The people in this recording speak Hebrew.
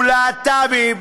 ולהט"בים,